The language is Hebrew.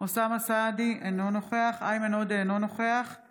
אוסאמה סעדי, אינו נוכח איימן עודה, אינו נוכח חוה